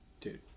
Dude